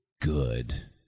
good